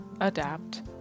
adapt